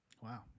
Wow